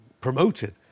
promoted